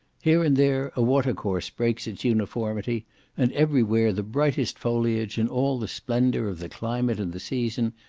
here and there, a watercourse breaks its uniformity and every where the brightest foliage, in all the splendour of the climate and the season,